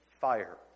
fire